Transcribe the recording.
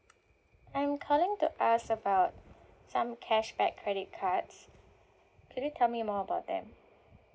I'm calling to ask about some cashback credit cards could you tell me more about them